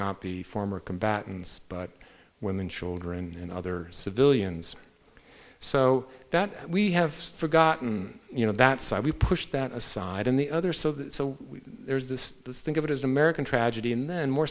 not be former combatants but women children and other civilians so that we have forgotten you know that so we push that aside in the other so that so there's this let's think of it as an american tragedy and then more